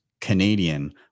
canadian